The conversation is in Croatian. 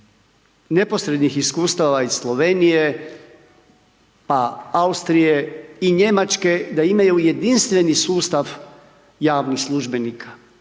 neposrednih iskustava iz Slovenije, Austrije i Njemačke da imaju jedinstveni sustav javnih službenika